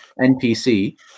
npc